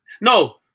No